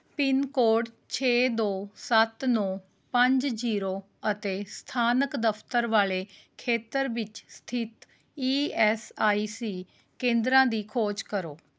pin code ਛੇ ਦੋ ਸੱਤ ਨੌਂ ਪੰਜ ਜ਼ੀਰੋ ਅਤੇ ਸਥਾਨਕ ਦਫਤਰ ਵਾਲੇ ਖੇਤਰ ਵਿੱਚ ਸਥਿਤ ਈ ਐੱਸ ਆਈ ਸੀ ਕੇਂਦਰਾਂ ਦੀ ਖੋਜ ਕਰੋ